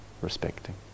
respecting